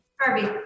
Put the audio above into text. Harvey